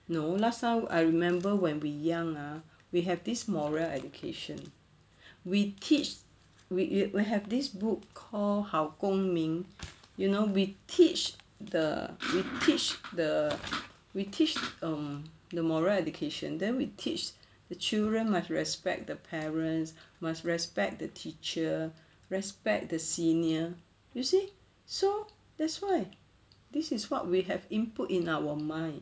no last time I remember when we young ah we have this moral education we teach we we will have this book called 好公民 you know we teach the we teach the we teach um the moral education then we teach the children must respect the parents must respect the teacher respect the senior you see so that's why this is what we have input in our mind